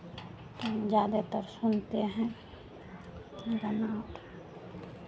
तो हम ज़्यादातर सुनते हैं हिन्दी गाना और